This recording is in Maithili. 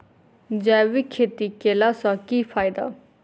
जैविक खेती केला सऽ की फायदा?